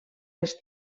les